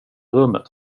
rummet